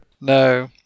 No